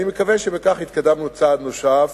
אני מקווה שבכך התקדמנו צעד נוסף.